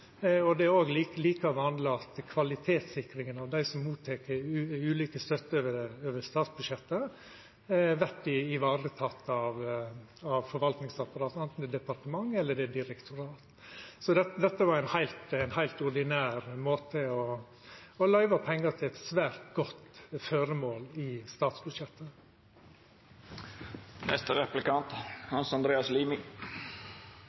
Det er òg like vanleg at kvalitetssikringa av dei som mottek ulik støtte over statsbudsjettet, vert vareteken av forvaltingsapparatet, anten det er departement eller det er direktorat. Dette er ein heilt ordinær måte å løyva pengar på, til eit svært godt føremål i